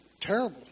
terrible